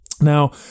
Now